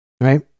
Right